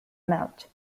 melt